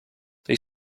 they